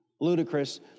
ludicrous